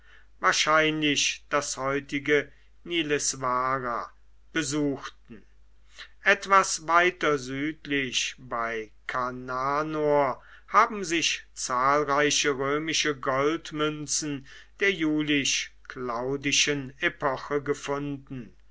wahrscheinlich das heutige nlswara besuchten etwas weiter südlich bei kananor haben sich zahlreiche römische goldmünzen der julisch claudischen epoche gefunden